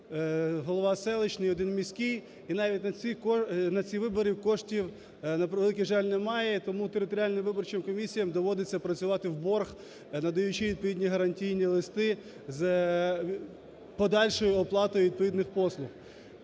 голова селищної, один – міський. І навіть на ці вибори коштів, на превеликий жаль, немає, тому територіальним виборчим комісіях доводиться працювати в борг, надаючи відповідні гарантійні листи з подальшою оплатою відповідних послуг.